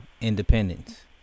independence